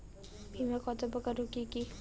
বীমা কত প্রকার ও কি কি?